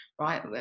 right